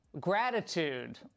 gratitude